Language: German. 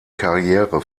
karriere